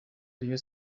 rayon